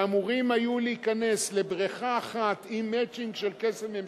שאמורים היו להיכנס לבריכה אחת עם "מצ'ינג" של כסף ממשלתי,